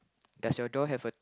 does your door have a